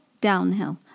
downhill